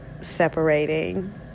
separating